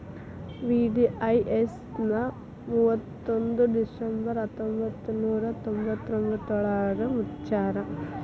VDIS ನ ಮುವತ್ತೊಂದ್ December ಹತ್ತೊಂಬತ್ ನೂರಾ ತೊಂಬತ್ತಯೋಳ್ರಾಗ ಮುಚ್ಚ್ಯಾರ